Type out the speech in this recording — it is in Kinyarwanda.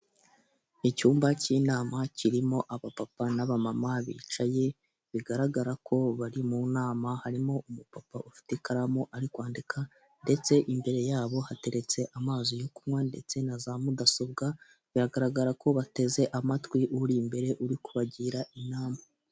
Icyumba cy'inama kirimo abapapa n'abamama bicaye bigaragara ko bari mu nama harimo urupapuro ikaramu ari kwandika, ndetse imbere yabo hateretse amazi mu kunywa ndetse na za mudasobwa, biragaragara ko bateze amatwi uri imbere iri kubagira inama.